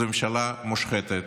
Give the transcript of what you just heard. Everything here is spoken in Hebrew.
זו ממשלה מושחתת,